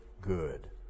good